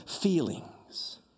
feelings